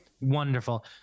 Wonderful